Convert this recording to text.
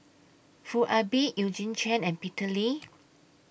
Foo Ah Bee Eugene Chen and Peter Lee